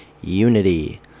unity